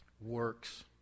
works